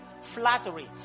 flattery